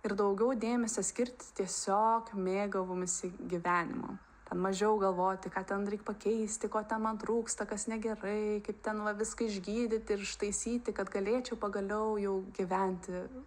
ir daugiau dėmesio skirti tiesiog mėgavimuisi gyvenimu ten mažiau galvoti ką ten reik pakeisti ko ten man trūksta kas negerai kaip ten va viską išgydyti ir ištaisyti kad galėčiau pagaliau jau gyventi